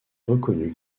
reconnu